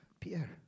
Pierre